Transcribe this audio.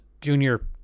junior